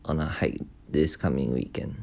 on a hike this coming weekend